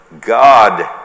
God